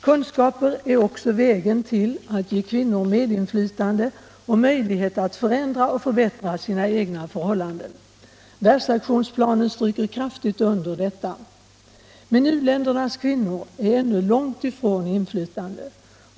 Kunskaper är också vägen till att ge dem medinflytande och möjlighet att förändra och förbättra sina egna förhållanden. Världsaktionsplanen stryker kraftigt under detta. Men u-ländernas kvinnor är ännu långt ifrån detta inflytande.